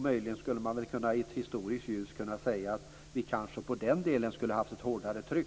Möjligen skulle man i ett historiskt ljus kunna säga att vi i den delen borde ha haft ett hårdare tryck